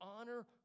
honor